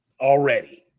already